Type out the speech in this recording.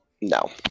No